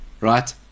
Right